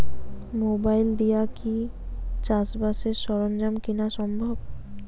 Mobile দিয়া কি চাষবাসের সরঞ্জাম কিনা সম্ভব?